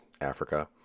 Africa